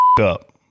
up